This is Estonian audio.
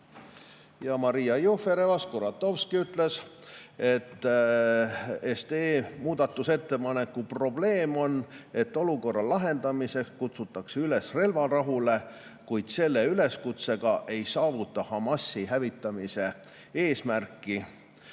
Maria Jufereva-Skuratovski ütles, et SDE muudatusettepaneku probleem on, et olukorra lahendamiseks kutsutakse üles relvarahule, kuid selle üleskutsega ei saavutata Hamasi hävitamise eesmärki.